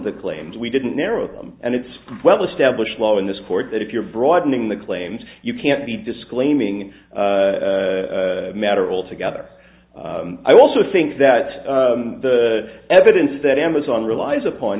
the claims we didn't narrow them and it's well established law in this court that if you're broadening the claims you can't be disclaiming matter altogether i also think that the evidence that amazon relies upon